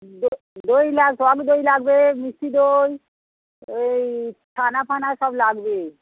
দ দই লাগবে টক দই লাগবে মিষ্টি দই এই ছানা ফানা সব লাগবে